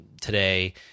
today